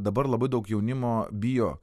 dabar labai daug jaunimo bijo